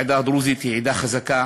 שהעדה הדרוזית היא עדה חזקה,